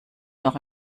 noch